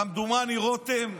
כמדומני רותם,